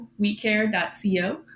wecare.co